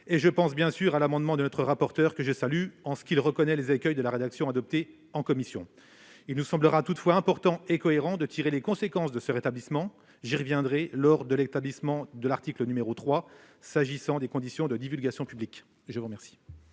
Je pense bien sûr à l'amendement de notre rapporteure, que je salue, puisqu'elle a reconnu les écueils de la rédaction adoptée en commission. Il nous semble toutefois important et cohérent de tirer toutes les conséquences de ce rétablissement. J'y reviendrai lors de la discussion de l'article 3 s'agissant des conditions de divulgation publique. La parole